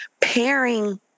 pairing